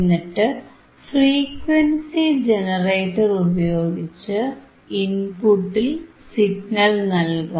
എന്നിട്ട് frequency generator ഉപയോഗിച്ച് ഇൻപുട്ടിൽ സിഗ്നൽ നൽകാം